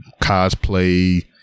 cosplay